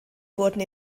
wurden